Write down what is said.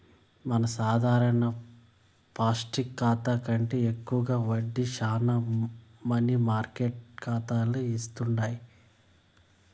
మన సాధారణ పాస్బుక్ కాతా కంటే ఎక్కువ వడ్డీ శానా మనీ మార్కెట్ కాతాలు ఇస్తుండాయి